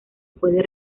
puede